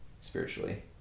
spiritually